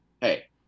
hey